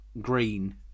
green